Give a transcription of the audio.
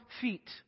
feet